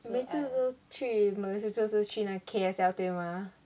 我每次都去 malaysia 就是去那个 K_S_L 对吗